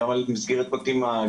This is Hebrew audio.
גם על לבנות מסגרת מתאימה לילד,